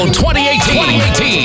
2018